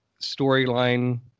storyline